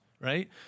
Right